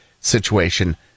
situation